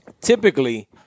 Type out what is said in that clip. Typically